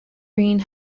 green